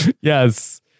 Yes